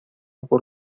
por